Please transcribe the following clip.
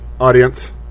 audience